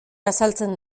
azaltzen